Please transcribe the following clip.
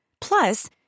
Plus